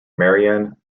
marianne